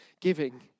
giving